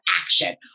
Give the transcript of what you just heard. action